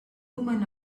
woman